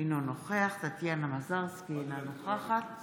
אינו נוכח טטיאנה מזרסקי, אינה נוכחת